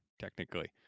technically